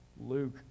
Luke